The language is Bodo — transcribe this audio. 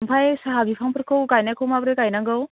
ओमफ्राय साहा बिफांफोरखौ गायनायखौ माबोरै गायनांगौ